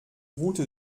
route